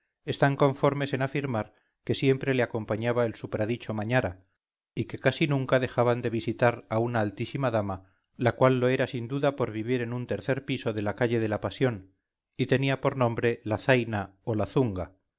están conformes en afirmar que siempre le acompañaba el supradicho mañara y que casi nunca dejaban de visitar a una altísima dama la cual lo era sin duda por vivir en un tercer piso de la calle de la pasión y tenía por nombre la zaina o la zunga